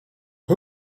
who